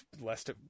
lest